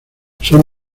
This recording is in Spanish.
son